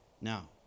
Now